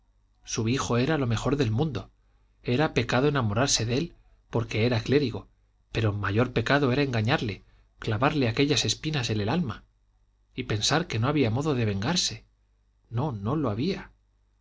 su hijo era lo mejor del mundo era pecado enamorarse de él porque era clérigo pero mayor pecado era engañarle clavarle aquellas espinas en el alma y pensar que no había modo de vengarse no no lo había